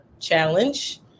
challenge